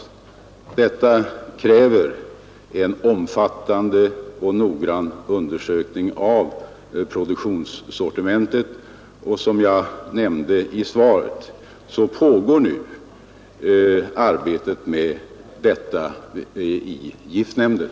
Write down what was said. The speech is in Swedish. Detta kräver en omfattande och noggrann undersökning av produktionssortimentet, och som jag nämnde i svaret pågår nu arbetet med detta i giftnämnden.